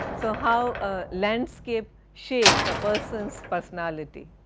so how ah landscape shapes a person's personality,